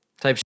type